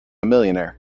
millionaire